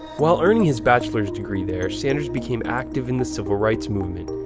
while earning his bachelor's degree there, sanders became active in the civil rights movement.